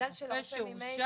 רופא שהורשע?